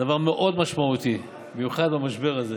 דבר מאוד משמעותי במיוחד במשבר הזה.